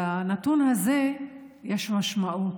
לנתון הזה יש משמעות.